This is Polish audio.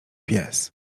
pies